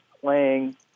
playing